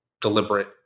deliberate